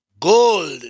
Gold